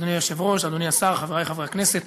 אדוני היושב-ראש, אדוני השר, חברי חברי הכנסת,